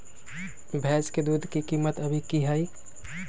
भैंस के दूध के कीमत अभी की हई?